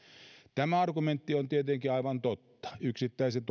tämä argumentti on tietenkin aivan totta yksittäiset